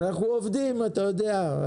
אנחנו עובדים, אתה יודע.